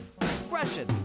expression